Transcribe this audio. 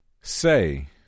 Say